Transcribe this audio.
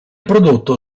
prodotto